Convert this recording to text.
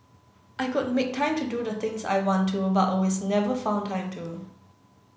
I could make time to do the things I want to but always never found time to